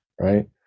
right